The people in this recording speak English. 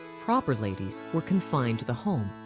proper ladies were confined to the home.